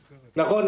נכון,